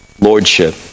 lordship